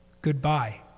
goodbye